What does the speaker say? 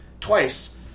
Twice